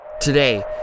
Today